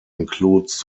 includes